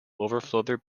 overflowed